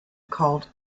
called